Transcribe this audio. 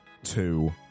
Two